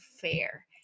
fair